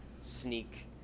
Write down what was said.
sneak